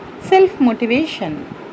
self-motivation